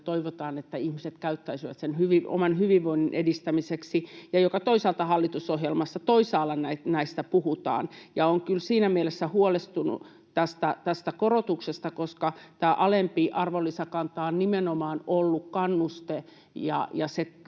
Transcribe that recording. me toivotaan, että ihmiset käyttäisivät niitä sen oman hyvinvoinnin edistämiseksi, ja niistä toisaalta myös hallitusohjelmassa puhutaan. Olen kyllä huolestunut tästä korotuksesta siinä mielessä, että tämä alempi arvonlisäverokanta on nimenomaan ollut kannuste